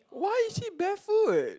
why is she barefoot